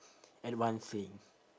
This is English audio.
at one thing